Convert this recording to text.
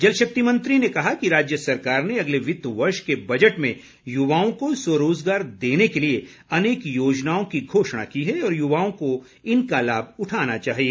जल शक्ति मंत्री ने कहा कि राज्य सरकार ने अगले वित्त वर्ष के बजट में युवाओं को स्वरोजगार देने के लिए अनेक योजनाओं की घोषणा की है और युवाओं को इनका लाभ उठाना चाहिए